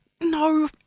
no